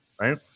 Right